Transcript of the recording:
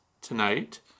tonight